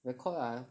record lah